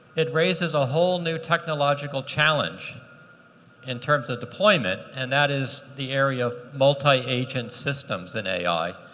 it raises a whole new technological challenge in terms of deployment, and that is the area of multi agent systems in ai,